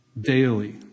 daily